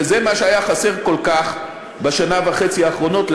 וזה מה שהיה חסר כל כך בשנה וחצי האחרונות,